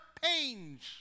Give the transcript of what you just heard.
pains